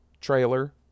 trailer